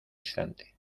instante